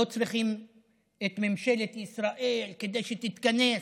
לא צריכים את ממשלת ישראל כדי שתתכנס,